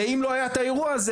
הרי אם לא היה את האירוע הזה,